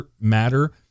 matter